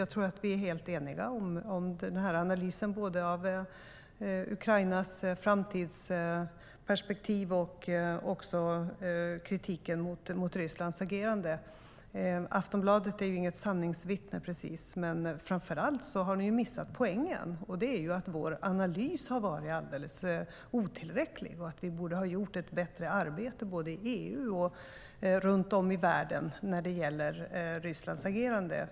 Jag tror att vi är helt eniga om den här analysen - det gäller både Ukrainas framtidsperspektiv och kritiken mot Rysslands agerande. Aftonbladet är ju inget sanningsvittne, precis. Men framför allt har ni missat poängen, och den är att vår analys har varit alldeles otillräcklig och att vi borde ha gjort ett bättre arbete både i EU och runt om i världen när det gäller Rysslands agerande.